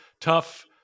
tough